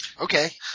Okay